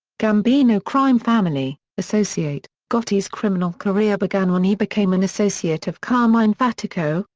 gambino crime family associate gotti's criminal career began when he became an associate of carmine fatico,